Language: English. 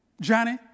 Johnny